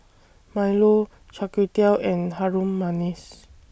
Milo Char Kway Teow and Harum Manis